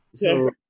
yes